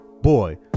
boy